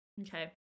Okay